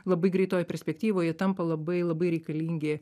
labai greitoj perspektyvoj jie tampa labai labai reikalingi